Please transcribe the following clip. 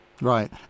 right